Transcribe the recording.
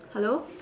hello